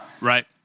Right